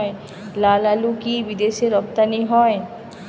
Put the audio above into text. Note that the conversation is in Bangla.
লালআলু কি বিদেশে রপ্তানি হয়?